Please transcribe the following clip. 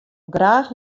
graach